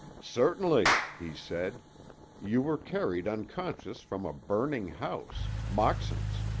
certainly, he said you were carried unconscious from a burning house moxon's.